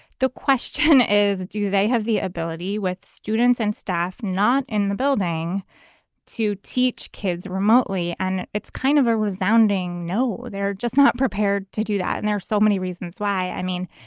the question is, do they have the ability with students and staff not in the building to teach kids remotely? and it's kind of a resounding no. they're just not prepared to do that. and there's so many reasons why. i mean,